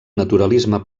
naturalisme